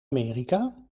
amerika